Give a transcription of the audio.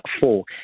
four